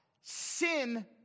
Sin